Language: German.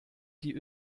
die